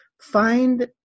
find